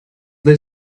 they